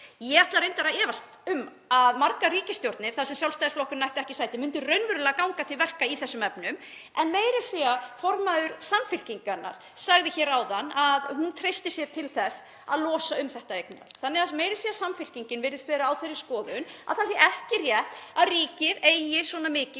Ég ætla reyndar að efast um að margar ríkisstjórnir, þar sem Sjálfstæðisflokkurinn ætti ekki sæti, myndu raunverulega ganga til verka í þessum efnum. En meira að segja formaður Samfylkingarinnar sagði hér áðan að hún treysti sér til þess að losa um þetta eignarhald. Meira að segja Samfylkingin virðist vera á þeirri skoðun að það sé ekki rétt að ríkið eigi svona miklar